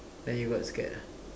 then you got scared ah